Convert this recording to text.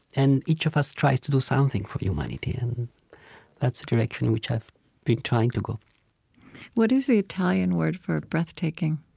and each of us tries to do something for humanity. and that's a direction in which i've been trying to go what is the italian word for breathtaking?